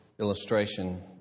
illustration